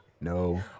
no